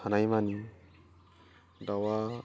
हानाय मानि दाउआ